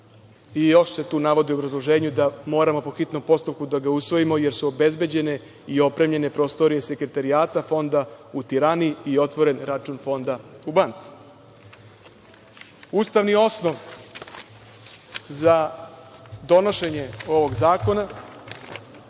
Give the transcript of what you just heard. Još se tu navodi u obrazloženju da moramo po hitnom postupku da ga usvojimo, jer su obezbeđene i opremljene prostorije sekretarijata fonda u Tirani i otvoren račun fonda u banci. Ustavni osnov za donošenje ovog zakona